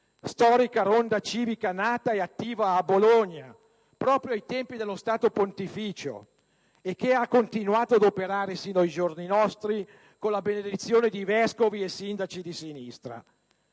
storica ronda civica nata ed attiva a Bologna, proprio ai tempi dello Stato Pontificio e che ha continuato ad operare sino ai giorni nostri con la benedizione di vescovi e sindaci di sinistra.